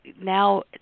now